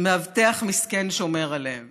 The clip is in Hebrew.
הוא אומר, ומאבטח מסכן שומר עליהם